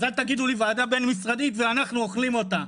אז אל תגידו לי 'ועדה בין משרדית' ואנחנו אוכלים אותה.